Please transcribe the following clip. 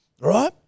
Right